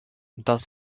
does